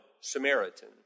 Samaritan